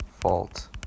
fault